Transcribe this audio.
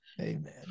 Amen